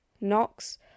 knocks